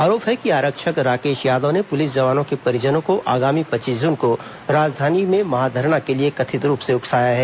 आरोप है कि आरक्षक राकेश यादव पुलिस जवानों के परिजनों को आगामी पच्चीस जून को राजधानी में महाधरना करने के लिए कथित रूप से उकसाया है